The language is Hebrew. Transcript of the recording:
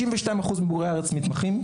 92% מבוגרי הארץ מתמחים.